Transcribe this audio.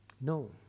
No